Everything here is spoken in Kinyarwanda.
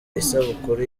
isabukuru